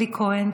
אלי כהן,